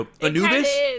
Anubis